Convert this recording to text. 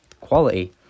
quality